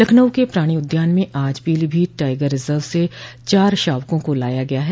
लखनऊ के प्राणि उद्यान में आज पीलीभीत टाइगर रिजर्व से चार शावकों को लाया गया है